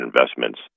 Investments